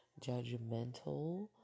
judgmental